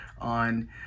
on